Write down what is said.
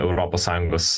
europos sąjungos